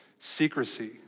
Secrecy